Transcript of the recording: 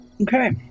Okay